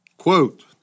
Quote